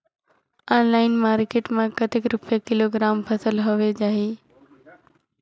Online market मां कतेक रुपिया किलोग्राम फसल हवे जाही?